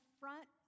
front